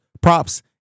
props